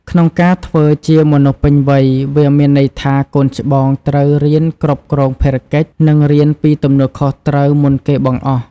ក្នុងការធ្វើជាមនុស្សពេញវ័យ វាមានន័យថាកូនច្បងត្រូវរៀនគ្រប់គ្រងភារកិច្ច និងរៀនពីទំនួលខុសត្រូវមុនគេបង្អស់។